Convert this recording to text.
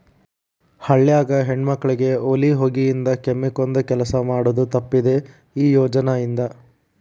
ಹಳ್ಯಾಗ ಹೆಣ್ಮಕ್ಕಳಿಗೆ ಒಲಿ ಹೊಗಿಯಿಂದ ಕೆಮ್ಮಕೊಂದ ಕೆಲಸ ಮಾಡುದ ತಪ್ಪಿದೆ ಈ ಯೋಜನಾ ಇಂದ